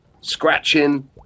scratching